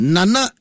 Nana